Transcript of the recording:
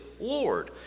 Lord